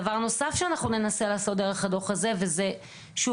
דבר נוסף שאנחנו ננסה לעשות דרך הדו"ח הזה ושוב,